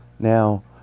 Now